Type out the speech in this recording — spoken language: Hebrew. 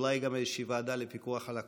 אולי גם איזושהי ועדה לפיקוח על הקורונה.